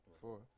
four